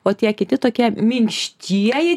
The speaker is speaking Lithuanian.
o tie kiti tokie minkštieji